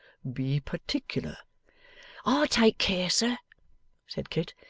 be particular i'll take care, sir said kit.